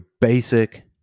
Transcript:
basic